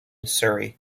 surrey